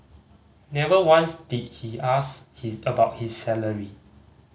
never once did he ask his about his salary